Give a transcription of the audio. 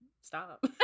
stop